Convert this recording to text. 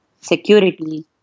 security